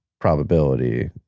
probability